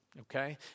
okay